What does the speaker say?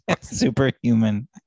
Superhuman